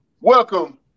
Welcome